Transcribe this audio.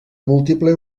múltiple